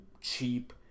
cheap